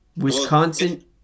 Wisconsin